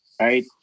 right